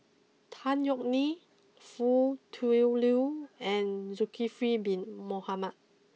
Tan Yeok Nee Foo Tui Liew and Zulkifli Bin Mohamed